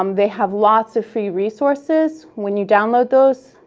um they have lots of free resources. when you download those,